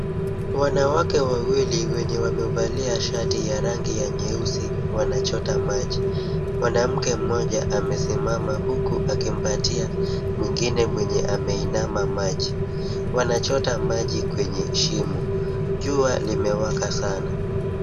Wanawake wawili wenye wamevalia shati ya rangi ya nyeusi wanachota maji. Mwanamke mmoja amesimama huku akimpatia mwingine mwenye ameinama maji. Wanachota maji kwenye shimo. Jua limewaka sana.